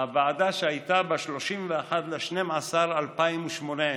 מהוועדה שהייתה ב-31 בדצמבר 2018,